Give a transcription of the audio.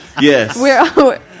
Yes